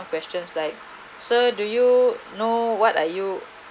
questions like sir do you know what are you